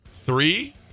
three